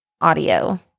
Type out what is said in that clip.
audio